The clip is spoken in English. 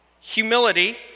humility